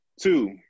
Two